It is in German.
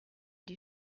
die